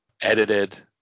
edited